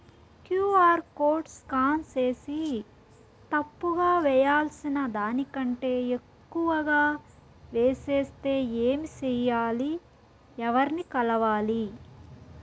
QR code scan సేసి తప్పు గా వేయాల్సిన దానికంటే ఎక్కువగా వేసెస్తే ఏమి సెయ్యాలి? ఎవర్ని కలవాలి?